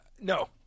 no